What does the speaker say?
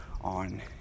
on